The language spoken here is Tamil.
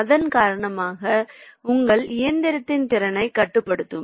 அதன் காரணமாக உங்கள் இயந்திரத்தின் திறனைக் கட்டுப்படுத்தும்